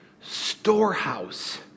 storehouse